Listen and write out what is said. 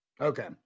Okay